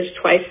twice